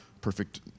perfect